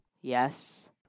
Yes